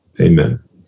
Amen